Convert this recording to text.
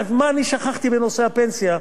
מה אני שכחתי בנושא הפנסיה,